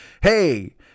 Hey